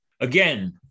again